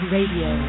Radio